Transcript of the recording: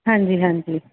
ਹਾਂਜੀ ਹਾਂਜੀ